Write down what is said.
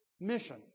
mission